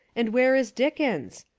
and where is dickens?